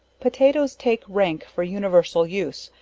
potatoes, take rank for universal use,